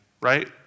Right